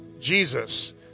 Jesus